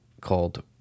called